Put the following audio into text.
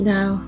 Now